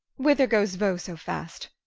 whether goes vaux so fast?